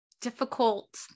difficult